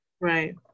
Right